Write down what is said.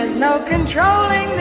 you know controlling